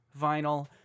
vinyl